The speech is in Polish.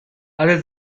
ale